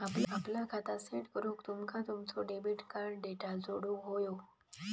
आपला खाता सेट करूक तुमका तुमचो डेबिट कार्ड डेटा जोडुक व्हयो